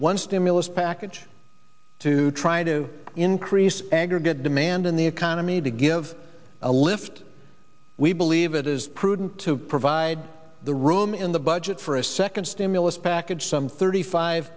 one stimulus package to try to increase aggregate demand in the economy to give a lift we believe it is prudent to provide the room in the budget for a second stimulus package some thirty five